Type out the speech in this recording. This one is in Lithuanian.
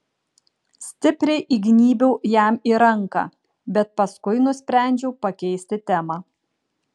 stipriai įgnybiau jam į ranką bet paskui nusprendžiau pakeisti temą